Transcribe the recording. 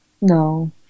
No